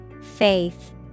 Faith